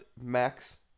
Max